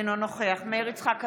אינו נוכח מאיר יצחק הלוי,